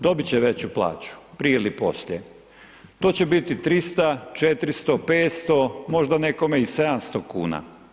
Dobit će veću plaću, prije ili poslije to će biti 300, 400, 500 možda nekome i 700 kuna.